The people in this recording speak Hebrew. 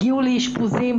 הגיעו לאשפוזים.